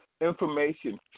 information